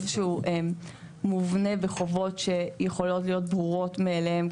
שהוא מובנה בחובות שיכולות להיות ברורות מאליהן,